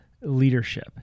leadership—